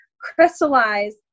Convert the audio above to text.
crystallize